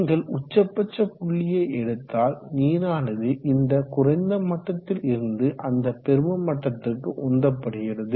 நீங்கள் உச்சபட்ச புள்ளியை எடுத்தால் நீரானது இந்த குறைந்த மட்டத்தில் இருந்து அந்த பெரும மட்டத்துக்கு உந்தப்படுகிறது